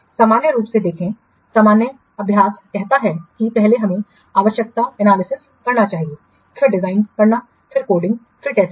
सामान्य रूप से देखें सामान्य अभ्यास कहता है कि पहले हमें आवश्यकता विश्लेषण करना चाहिए फिर डिजाइन करना फिर कोडिंग फिर परीक्षण करना